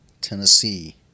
Tennessee